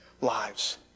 lives